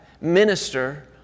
minister